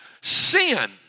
sin